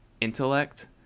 intellect